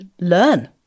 learn